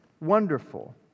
wonderful